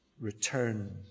return